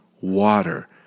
water